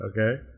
Okay